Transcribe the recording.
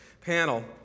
panel